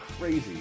crazy